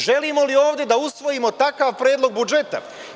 Želimo li ovde da usvojimo takav predlog budžeta?